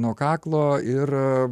nuo kaklo ir